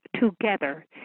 together